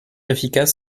efficace